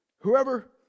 Whoever